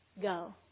go